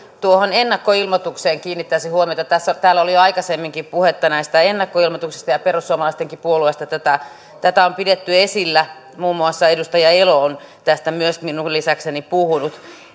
tuohon ennakkoilmoitukseen kiinnittäisin huomiota täällä oli jo aikaisemminkin puhetta näistä ennakkoilmoituksista ja perussuomalaistenkin puolueesta tätä tätä on pidetty esillä muun muassa edustaja elo on tästä minun lisäkseni puhunut